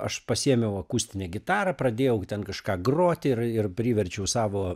aš pasiėmiau akustinę gitarą pradėjau ten kažką groti ir ir priverčiau savo